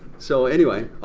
so anyway,